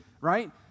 right